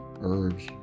herbs